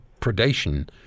predation